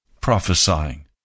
prophesying